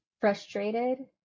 frustrated